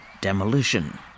demolition